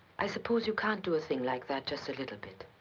i suppose you can't do a thing like that just a little bit.